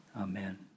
Amen